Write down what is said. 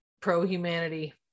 pro-humanity